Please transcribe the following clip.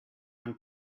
one